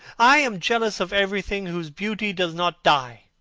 i am jealous of everything whose beauty does not die.